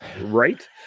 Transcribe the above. Right